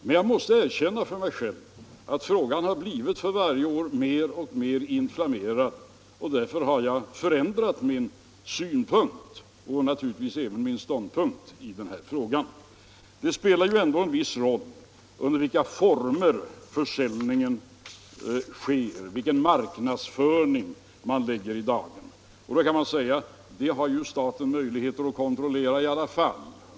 Men jag måste erkänna för mig själv att frågan för varje år blivit mer och mer inflammerad, och därför har jag ändrat ståndpunkt. Det spelar ju ändå en viss roll under vilka former försäljningen sker, vilken marknadsföring man lägger i dagen. Då kan man säga: Det har ju staten möjligheter att kontrollera i alla fall.